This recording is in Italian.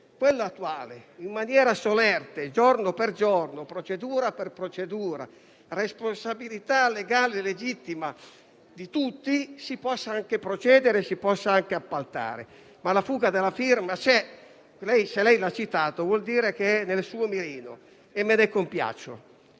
quello attuale in maniera solerte, giorno per giorno, procedura per procedura, con la responsabilità legale e legittima di tutti, si può anche procedere ed appaltare. Ma la fuga della firma esiste e se lei l'ha citata, vuol dire che è nel suo mirino e me ne compiaccio.